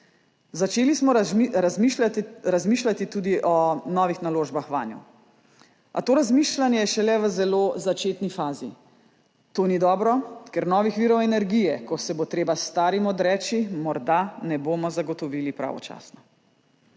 Začeli smo razmišljati tudi o novih naložbah vanjo. A to razmišljanje je šele v zelo začetni fazi. To ni dobro, ker novih virov energije, ko se bo treba starim odreči, morda ne bomo zagotovili pravočasno.